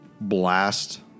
blast